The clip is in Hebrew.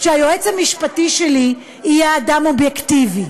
שהיועץ המשפטי שלי יהיה אדם אובייקטיבי,